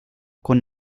con